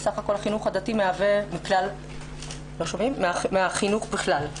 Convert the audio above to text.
החינוך הדתי מהווה כ-19% מכלל החינוך בכלל.